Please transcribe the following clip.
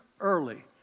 early